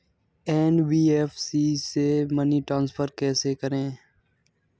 NBFC से money transfer कैसे करें?